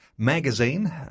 magazine